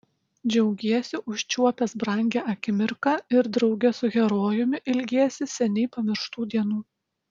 džiaugiesi užčiuopęs brangią akimirką ir drauge su herojumi ilgiesi seniai pamirštų dienų